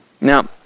Now